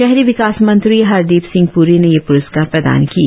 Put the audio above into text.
शहरी विकास मंत्री हरदीप सिंह प्री ने ये प्रस्कार प्रदान किए